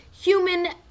human